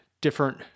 different